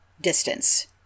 distance